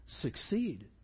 succeed